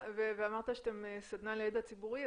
ואמרת שאתם סדנה לידע ציבורי.